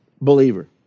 believer